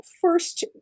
first